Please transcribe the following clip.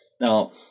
Now